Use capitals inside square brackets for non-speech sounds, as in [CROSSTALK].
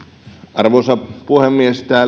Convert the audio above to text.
arvoisa puhemies tämä [UNINTELLIGIBLE]